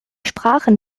sprachen